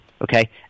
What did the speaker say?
okay